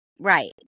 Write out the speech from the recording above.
Right